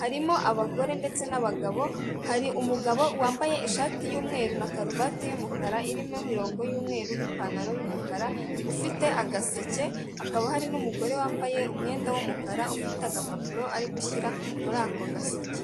Harimo, abagore ndetse n'abagabo. Hari umugabo wambaye ishati yu'mweru na karuvati yumukara, irimo imirongo yumweru n'ipantaro yumukara ufite agaseke. Hakaba hari, n'umugore wambaye umwenda w'umukara ufite agapapuro ari gushyira muri ako gaseke.